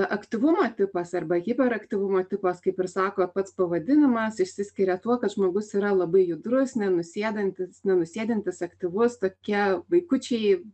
aktyvumo tipas arba hiperaktyvumo tipas kaip ir sako pats pavadinimas išsiskiria tuo kad žmogus yra labai judrus nenusėdantis nenusėdintis aktyvus tokie vaikučiai